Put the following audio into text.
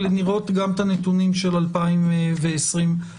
ולראות גם את הנתונים של 2021 ו-2020,